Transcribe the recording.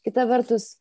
kita vertus